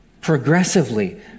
progressively